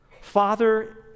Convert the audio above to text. Father